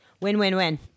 win-win-win